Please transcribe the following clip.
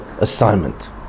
assignment